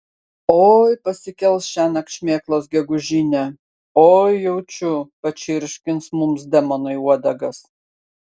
oi pasikels šiąnakt šmėklos gegužinę oi jaučiu pačirškins mums demonai uodegas